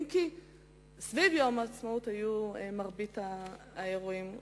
אם כי מרבית האירועים היו סביב יום העצמאות.